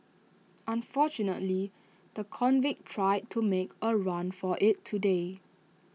unfortunately the convict tried to make A run for IT today